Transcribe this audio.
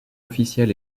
officiel